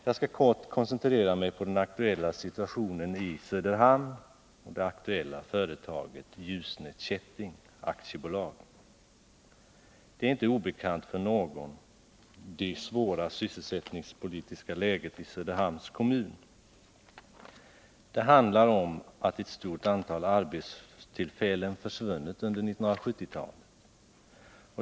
Jag skall nu kort koncentrera mig på den aktuella situationen i Söderhamn och det aktuella företaget, Ljusne Kätting AB. Det svåra sysselsättningspolitiska läget i Söderhamns kommun är inte obekant för någon. Det handlar om att ett stort antal arbetstillfällen försvunnit under 1970-talet.